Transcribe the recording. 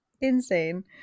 insane